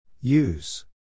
Use